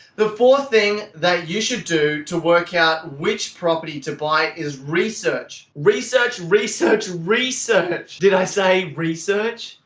the fourth thing that you should do to work out which property to buy is research. research, research, research! did i say research?